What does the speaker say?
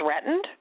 threatened